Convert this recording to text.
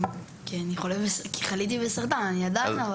כי חליתי בסרטן, ואני עדיין.